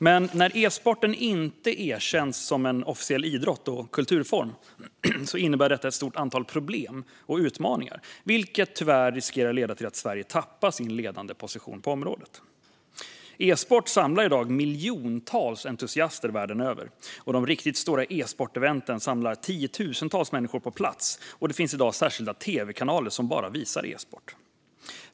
Men när e-sporten inte erkänns som en officiell idrott och en kulturform innebär det ett stort antal problem och utmaningar, vilket tyvärr riskerar att leda till att Sverige tappar sin ledande position på området. E-sport samlar i dag miljontals entusiaster världen över. De riktigt stora e-sporteventen samlar tiotusentals människor på plats, och det finns i dag särskilda tv-kanaler som bara visar e-sport.